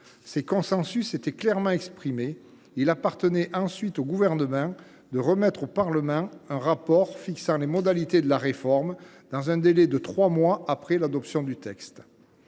Ces consensus ayant été clairement exprimés, il appartenait ensuite au Gouvernement de remettre au Parlement un rapport fixant les modalités de la réforme dans un délai de trois mois après l’adoption du texte.